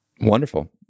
Wonderful